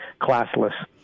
classless